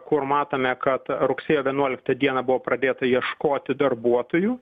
kur matome kad rugsėjo vienuoliktą dieną buvo pradėta ieškoti darbuotojų